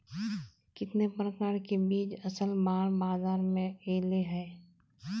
कितने प्रकार के बीज असल बार बाजार में ऐले है?